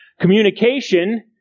communication